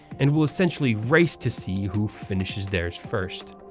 and will essentially race to see who finishes theirs first.